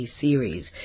series